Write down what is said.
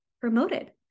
promoted